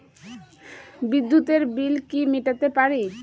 বিদ্যুতের বিল কি মেটাতে পারি?